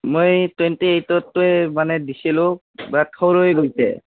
মই টুৱেন্টি এইটৰটোৱে মানে দিছিলোঁ বাট সৰুৱে হৈছে